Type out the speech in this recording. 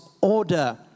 order